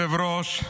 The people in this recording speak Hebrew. אדוני היושב-ראש,